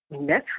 natural